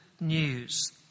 news